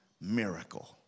miracle